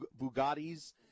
Bugattis